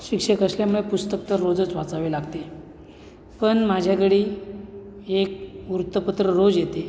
शिक्षक असल्यामुळे पुस्तक तर रोजच वाचावे लागते आहे पण माझ्या घरी एक वृत्तपत्र रोज येते